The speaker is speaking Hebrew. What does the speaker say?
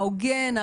ההוגן,